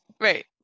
right